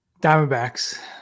diamondbacks